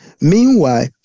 Meanwhile